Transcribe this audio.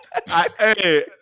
Hey